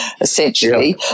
essentially